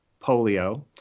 polio